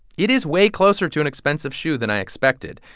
it is way closer to an expensive shoe than i expected.